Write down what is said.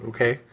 Okay